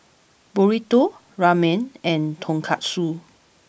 Burrito Ramen and Tonkatsu